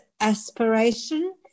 aspiration